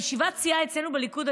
בישיבת סיעה אצלנו בליכוד,